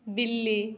बिल्ली